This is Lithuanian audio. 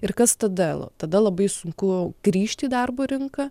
ir kas tada tada labai sunku grįžti į darbo rinką